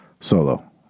solo